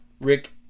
Rick